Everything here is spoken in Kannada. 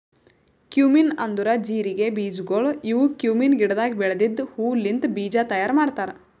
ಕ್ಯುಮಿನ್ ಅಂದುರ್ ಜೀರಿಗೆ ಬೀಜಗೊಳ್ ಇವು ಕ್ಯುಮೀನ್ ಗಿಡದಾಗ್ ಬೆಳೆದಿದ್ದ ಹೂ ಲಿಂತ್ ಬೀಜ ತೈಯಾರ್ ಮಾಡ್ತಾರ್